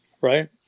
right